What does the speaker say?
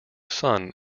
sun